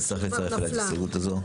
אז צריך לצרף אליה את ההסתייגות הזו.